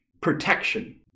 Protection